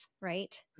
Right